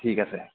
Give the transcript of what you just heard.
ঠিক আছে